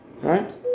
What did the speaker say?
Right